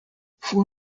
four